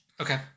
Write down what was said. Okay